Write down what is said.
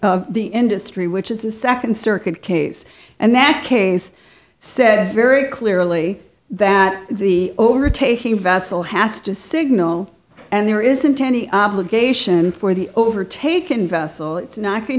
of the industry which is the second circuit case and that case said very clearly that the overtaking vessel has to signal and there isn't any obligation for the overtaken vessel it's not going